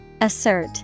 Assert